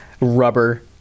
rubber